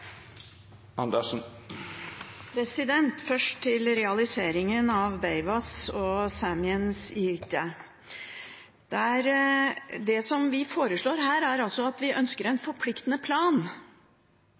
Først til realiseringen av Beaivváš og Saemien Sijte: Det vi foreslår her, er altså at vi ønsker en